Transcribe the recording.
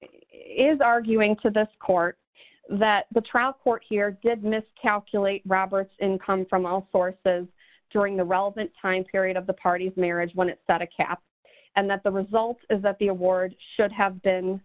is arguing to the court that the trial court here did miscalculate roberts income from all sources during the relevant time period of the party of marriage when it set a cap and that the result is that the award should have been